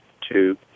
two